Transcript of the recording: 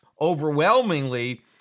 overwhelmingly